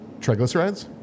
triglycerides